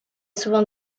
souvent